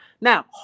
now